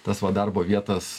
tas va darbo vietas